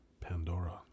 Pandora